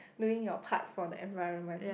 doing your part for the environment